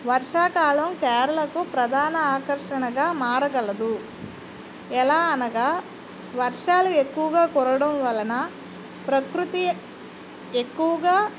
వర్షాకాలం కేరళకు ప్రధాన ఆకర్షణగా మారగలదు ఎలా అనగా వర్షాలు ఎక్కువుగా కురవడం వలన ప్రకృతి ఎక్కువుగా